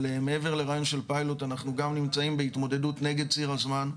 אבל מעבר לרעיון של פיילוט אנחנו גם נמצאים בהתמודדות נגד ציר הזמן.